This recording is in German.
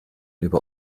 über